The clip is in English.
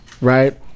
right